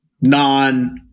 non